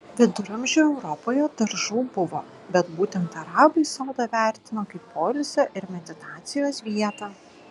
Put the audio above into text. viduramžių europoje daržų buvo bet būtent arabai sodą vertino kaip poilsio ir meditacijos vietą